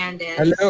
Hello